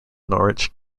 norwich